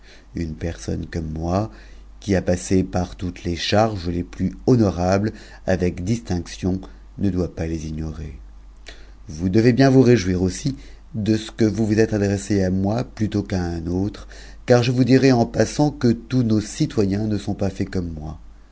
une personne comme moi qui a passé par toutes les charges les plus honorables avec distinction ne doit pas les ignorer s devez bien vous réjouir aussi de ce que vous vous êtes adresse plutôt qu'à un autre car je vous dirai en passant que tous nos eitov ne sont pas faits comme moi